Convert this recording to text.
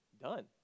done